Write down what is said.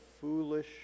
foolish